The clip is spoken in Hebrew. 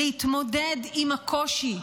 להתמודד עם הקושי,